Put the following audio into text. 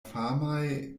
famaj